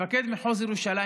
מפקד מחוז ירושלים,